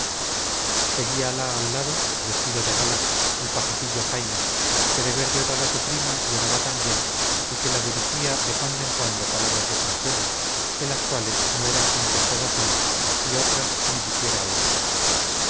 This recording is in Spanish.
pesar seguíala al lado vestido de gala el pajecillo jaime que de ver llorar a su prima lloraba también y que la dirigía de cuando en cuando palabras de consuelo de las cuales no eran contestadas unas y otras ni siquiera oídas